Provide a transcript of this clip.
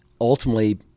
ultimately